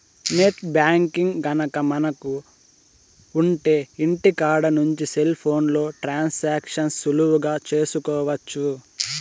net banking గనక మనకు ఉంటె ఇంటికాడ నుంచి సెల్ ఫోన్లో ట్రాన్సాక్షన్స్ సులువుగా చేసుకోవచ్చు